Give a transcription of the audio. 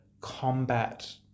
combat